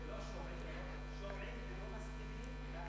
שומעים ולא מסכימים.